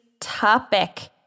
topic